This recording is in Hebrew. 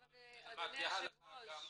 אבל אדוני היושב ראש,